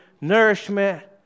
nourishment